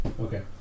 Okay